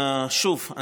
שוב,